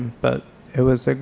but it was a,